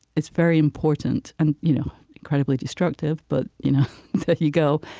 it's very important. and you know incredibly destructive, but you know there you go.